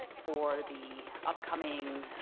for the upcoming